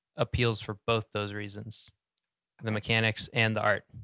appeals for both those reasons the mechanics and the art.